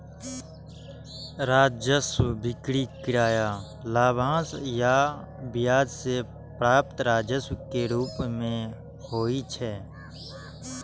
राजस्व बिक्री, किराया, लाभांश आ ब्याज सं प्राप्त राजस्व के रूप मे होइ छै